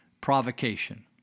provocation